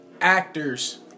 actors